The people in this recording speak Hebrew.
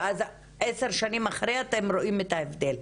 ואז עשר שנים אחרי אתם רואים את ההבדל.